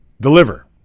deliver